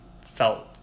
felt